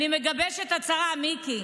אני מגבשת הצהרה, מיקי,